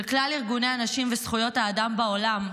של כלל ארגוני הנשים וזכויות האדם בעולם,